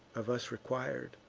of us requir'd.